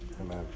Amen